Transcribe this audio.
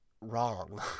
wrong